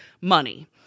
money